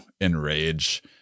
enrage